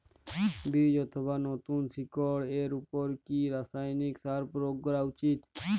বীজ অথবা নতুন শিকড় এর উপর কি রাসায়ানিক সার প্রয়োগ করা উচিৎ?